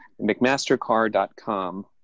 McMastercar.com